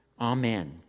Amen